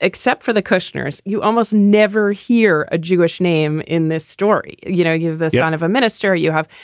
except for the kushner's. you almost never hear a jewish name in this story. you know, you have the son of a minister. you have.